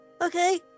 Okay